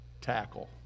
tackle